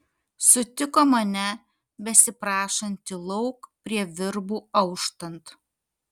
sutiko mane besiprašantį lauk prie virbų auštant